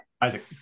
Isaac